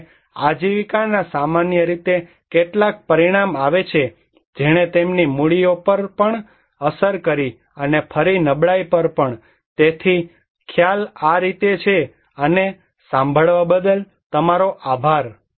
અને તે આજીવિકાના સામાન્ય રીતે કેટલાક પરિણામ આવે છે જેણે તેમની મૂડીઓ પર પણ અસર કરી અને ફરીથી નબળાઈ પર પણ તેથી આ ખ્યાલ આ રીતે છે અને સાંભળવા બદલ તમારો આભાર